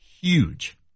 huge